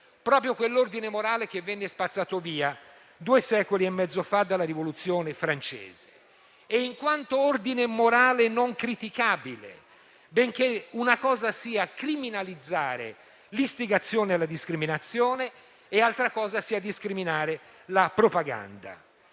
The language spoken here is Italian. proprio quell'ordine morale che venne spazzato via due secoli e mezzo fa dalla Rivoluzione francese e in quanto ordine morale non criticabile, benché una cosa sia criminalizzare l'istigazione alla discriminazione e altra cosa sia discriminare la propaganda.